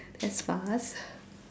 that's fast